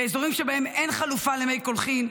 באזורים שבהם אין חלופה למי קולחין,